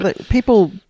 people